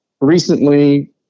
recently